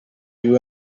you